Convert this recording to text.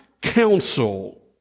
counsel